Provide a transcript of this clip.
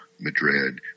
Madrid